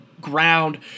ground